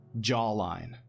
jawline